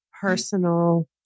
personal